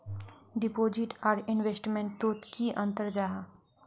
Deposit आर investment तोत की अंतर जाहा?